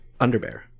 underbear